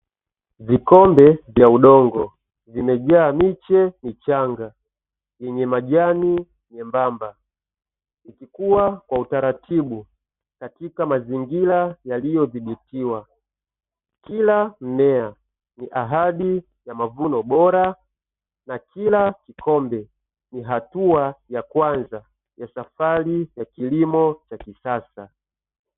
Vikombe vya udongo vimejaa miche michanga yenye majani myembamba ikikua kwa utaratibu katika mazingira yaliyodhibitiwa. Kila mmea ni ahadi ya mavuno bora na kila kombe ni hatua ya kwanza ya safari ya kilimo cha kisasa.